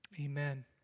amen